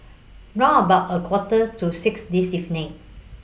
round about A Quarters to six This evening